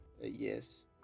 Yes